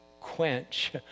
quench